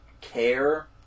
care